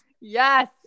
Yes